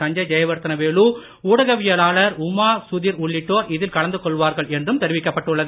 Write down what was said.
சஞ்சய் ஜெயவர்த்தன வேலு ஊடகவியலாளர் உமா சுதிர் உள்ளிட்டோர் இதில் கலந்து கொள்வார்கள் என்றும் தெரிவிக்கப்பட்டுள்ளது